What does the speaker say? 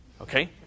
Okay